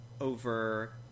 over